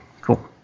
Cool